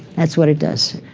that's what it does.